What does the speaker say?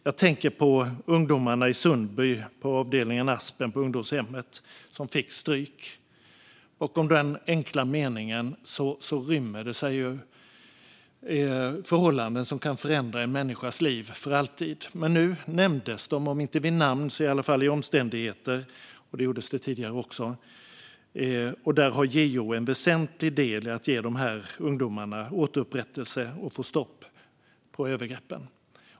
Jag tänker på ungdomarna i Sundby, på avdelningen Aspen på ungdomshemmet, som fick stryk. I den enkla meningen ryms förhållanden som kan förändra en människas liv för alltid. Nu nämndes de, om inte med namn så i alla fall med omständigheter. Detta gjordes tidigare också. JO har en väsentlig del i att ge dessa ungdomar återupprättelse och få stopp på övergreppen.